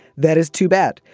that is too bad.